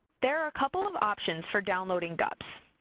there are a couple of options for downloading gups.